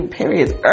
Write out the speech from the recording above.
periods